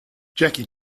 jackie